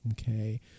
okay